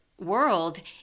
world